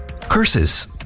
Curses